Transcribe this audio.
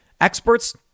Experts